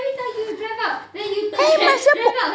eh might as well put one bo~